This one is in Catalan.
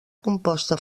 composta